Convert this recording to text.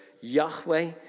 Yahweh